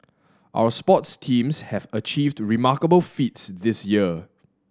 our sports teams have achieved remarkable feats this year